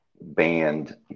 banned